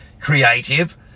creative